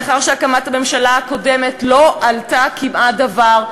לאחר שהקמת הממשלה הקודמת לא עלתה כמעט דבר,